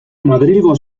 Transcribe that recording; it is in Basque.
madrilgo